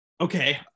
okay